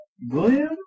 William